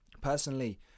personally